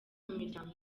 miryango